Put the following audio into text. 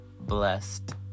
blessed